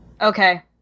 okay